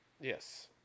Yes